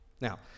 Now